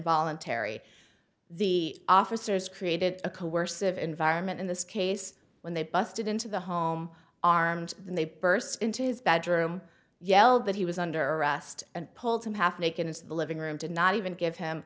voluntary the officers created a coercive environment in this case when they busted into the home armed they burst into his bedroom yelled that he was under arrest and pulled him half naked into the living room did not even give him